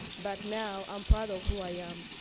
but now i'm proud of who i am.